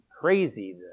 crazy